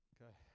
Okay